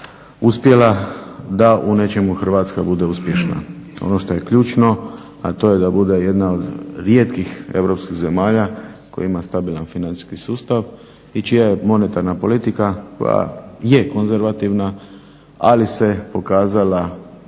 uspjela da u nečemu Hrvatska bude uspješna. Ono što je ključno, a to je da bude jedna od rijetkih europskih zemalja koja ima stabilan financijski sustav i čija je monetarna politika koja je konzervativna ali se pokazala